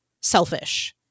selfish